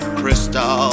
crystal